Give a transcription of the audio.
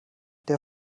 der